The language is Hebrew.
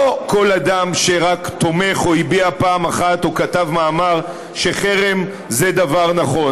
לא כל אדם שרק תומך או הביע פעם אחת או כתב מאמר שחרם זה דבר נכון,